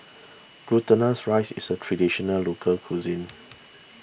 Glutinous Rice is a Traditional Local Cuisine